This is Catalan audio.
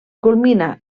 culmina